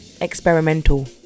Experimental